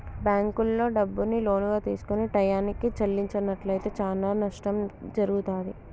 బ్యేంకుల్లో డబ్బుని లోనుగా తీసుకొని టైయ్యానికి చెల్లించనట్లయితే చానా నష్టం జరుగుతాది